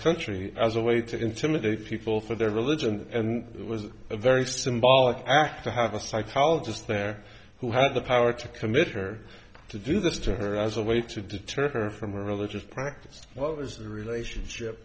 country as a way to intimidate people for their religion and it was a very symbolic act to have a psychologist there who had the power to commit her to do this to her as a way to deter her from her religious practice what was the relationship